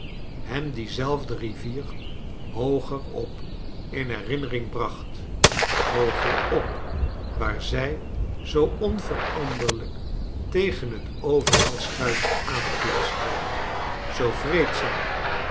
hem diecharles dickens zelfde rivier hooger op in herinnering bracht hooger op waar zij zoo onveranderlijk tegen het overhaalschuitje aanklotste zoo vreedzaam